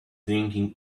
drinking